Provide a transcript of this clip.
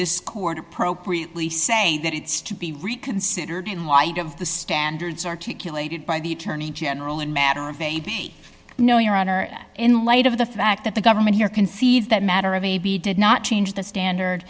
this court appropriately say that it's to be reconsidered in light of the standards articulated by the attorney general in a matter of a no your honor in light of the fact that the government here concedes that matter of a b did not change the standard